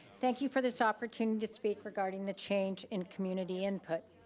thank you for this opportunity to speak regarding the change in community input.